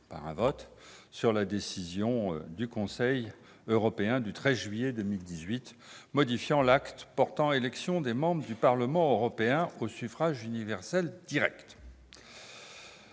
par un vote sur la décision du Conseil du 13 juillet 2018 modifiant l'acte portant élection des membres du Parlement européen au suffrage universel direct.